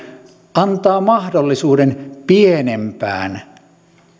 antaa mahdollisuuden pienempään